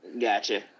Gotcha